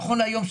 נכון להיום,